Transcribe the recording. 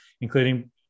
including